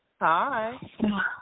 Hi